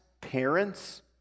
parents